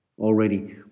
Already